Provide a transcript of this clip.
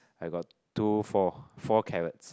I got two four four carrots